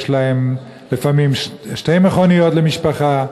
יש להם לפעמים שתי מכוניות למשפחה,